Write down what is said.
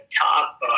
top